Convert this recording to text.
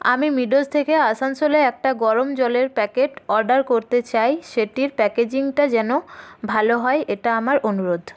আমি মিডোস থেকে আসানসোলে একটা গরম জলের প্যাকেট অর্ডার করতে চাই সেটির প্যাকেজিংটা যেন ভালো হয় এটা আমার অনুরোধ